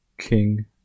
King